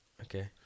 okay